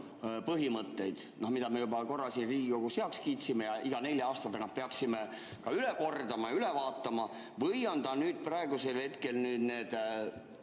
põhimõtteid, mida me juba korra siin Riigikogus heaks kiitsime ja iga nelja aasta tagant peaksime ka üle kordama ja üle vaatama, või on ta nüüd praegusel hetkel mis